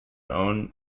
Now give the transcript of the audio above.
own